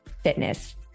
fitness